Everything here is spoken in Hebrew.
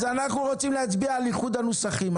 אז אנחנו רוצים להצביע על איחוד הנוסחים.